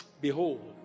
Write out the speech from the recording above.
Behold